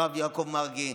הרב יעקב מרגי,